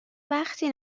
وقتی